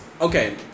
okay